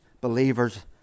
Believers